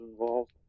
involved